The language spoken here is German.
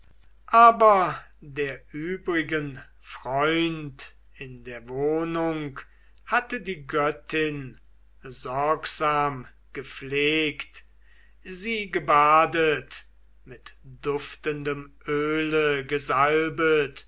aber der übrigen freund in der wohnung hatte die göttin sorgsam gepflegt sie gebadet mit duftendem öle